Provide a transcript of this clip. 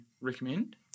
recommend